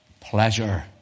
Pleasure